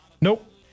Nope